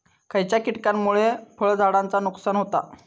खयच्या किटकांमुळे फळझाडांचा नुकसान होता?